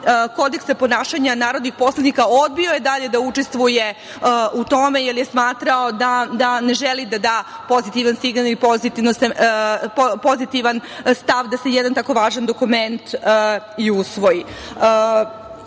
Kodeksa ponašanja narodnih poslanika, odbio je dalje da učestvuje u tome, jer je smatrao da ne želi da da pozitivan signal ili pozitivan stav da se jedan tako važan dokument i usvoji. Mi